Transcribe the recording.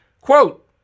Quote